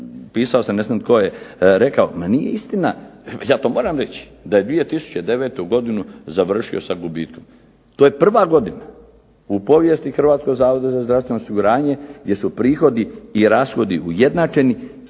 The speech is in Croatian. pisao sam ne znam tko je rekao, ma nije istina, ja to moram reći da je 2009. godinu završio sa gubitkom. To je prva godina u povijesti Hrvatskog zavoda za zdravstveno osiguranje gdje su prihodi i rashodi ujednačeni.